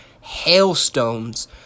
hailstones